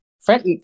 friend